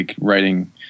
writing